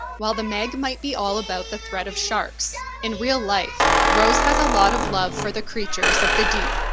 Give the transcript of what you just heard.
while the meg might be all about the threat of sharks, in real life, rose has a lot of love for the creatures of the deep.